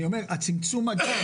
אני אומר הצמצום מגעים,